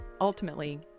ultimately